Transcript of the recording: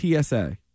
TSA